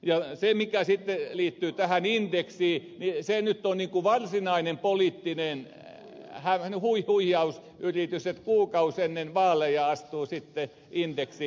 ja se mikä liittyy tähän indeksiin nyt on varsinainen poliittinen huijausyritys että kuukausi ennen vaaleja astuu sitten indeksi voimaan